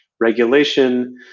regulation